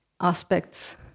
aspects